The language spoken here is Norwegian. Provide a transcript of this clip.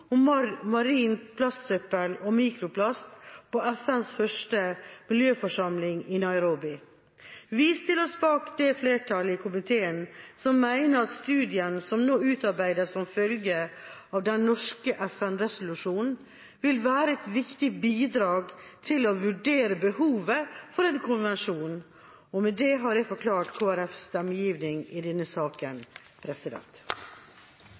om marint plastsøppel og mikroplast på FNs første miljøforsamling i Nairobi. Vi stiller oss bak det flertallet i komiteen som mener at studiene som nå utarbeides som følge av den norske FN-resolusjonen, vil være et viktig bidrag til å vurdere behovet for en konvensjon. Med det har jeg forklart Kristelig Folkepartis stemmegiving i denne saken.